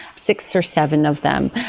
six or seven of them,